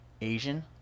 Asian